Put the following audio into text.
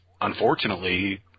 unfortunately—